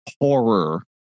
horror